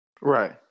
Right